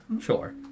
Sure